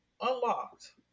unlocked